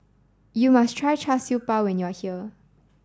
you must try Char Siew Bao when you are here